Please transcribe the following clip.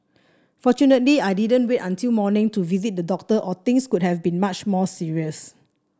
fortunately I didn't wait till morning to visit the doctor or things could have been much more serious